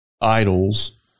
Idols